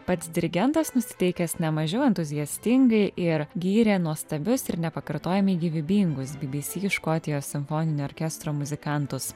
pats dirigentas nusiteikęs ne mažiau entuziastingai ir gyrė nuostabius ir nepakartojamai gyvybingus bbc škotijos simfoninio orkestro muzikantus